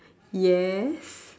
yes